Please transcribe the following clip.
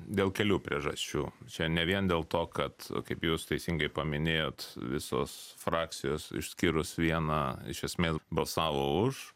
dėl kelių priežasčių čia ne vien dėl to kad kaip jūs teisingai paminėjot visos frakcijos išskyrus vieną iš esmės balsavo už